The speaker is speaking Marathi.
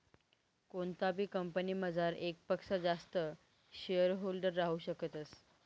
कोणताबी कंपनीमझार येकपक्सा जास्त शेअरहोल्डर राहू शकतस